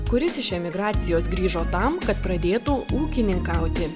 kuris iš emigracijos grįžo tam kad pradėtų ūkininkauti